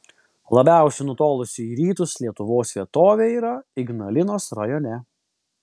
labiausiai nutolusi į rytus lietuvos vietovė yra ignalinos rajone